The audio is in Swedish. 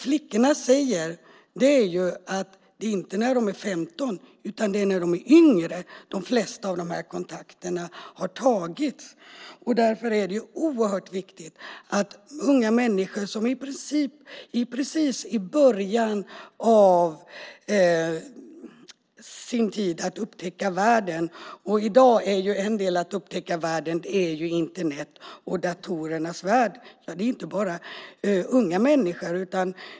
Flickorna säger att det inte är när de är 15 utan när de är yngre som de flesta av dessa kontakter har tagits. Därför är detta så viktigt. Det här är unga människor som precis börjat upptäcka världen och den del av världen som Internet och datorer är i dag. Det gäller förresten inte bara unga människor.